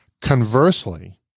Conversely